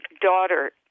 daughter